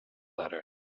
letter